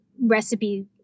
recipe